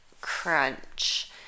crunch